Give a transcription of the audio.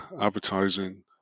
advertising